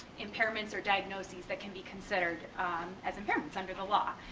impairments or diagnoses that can be considered as impairments under the law.